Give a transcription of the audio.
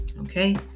okay